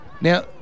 now